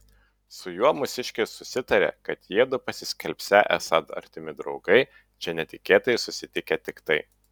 su juo mūsiškis susitarė kad jiedu pasiskelbsią esą artimi draugai čia netikėtai susitikę tiktai